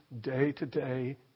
day-to-day